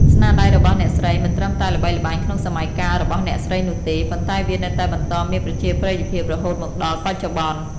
ស្នាដៃរបស់អ្នកស្រីមិនត្រឹមតែល្បីល្បាញក្នុងសម័យកាលរបស់អ្នកស្រីនោះទេ ប៉ុន្តែវានៅតែបន្តមានប្រជាប្រិយភាពរហូតមកដល់បច្ចុប្បន្ន។